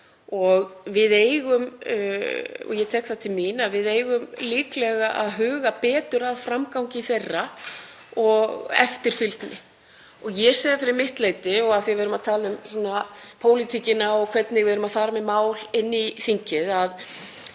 og við eigum — og ég tek það til mín — líklega að huga betur að framgangi þeirra og eftirfylgni. Ég segi fyrir mitt leyti, af því við erum að tala um pólitíkina og hvernig við erum að fara með mál inn í þingið,